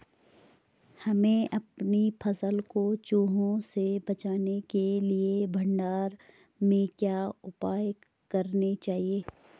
हमें अपनी फसल को चूहों से बचाने के लिए भंडारण में क्या उपाय करने चाहिए?